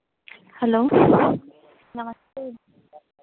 hello नमस्ते